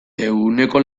ehuneko